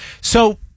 So-